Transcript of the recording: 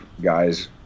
guys